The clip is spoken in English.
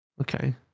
Okay